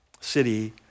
city